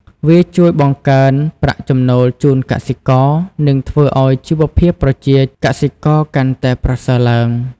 វាជួយបង្កើនប្រាក់ចំណូលជូនកសិករ និងធ្វើឱ្យជីវភាពប្រជាកសិករកាន់តែប្រសើរឡើង។